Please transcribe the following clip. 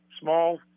small